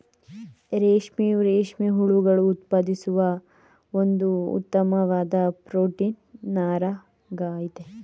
ರೇಷ್ಮೆಯು ರೇಷ್ಮೆ ಹುಳುಗಳು ಉತ್ಪಾದಿಸುವ ಒಂದು ಉತ್ತಮ್ವಾದ್ ಪ್ರೊಟೀನ್ ನಾರಾಗಯ್ತೆ